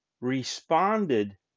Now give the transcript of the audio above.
responded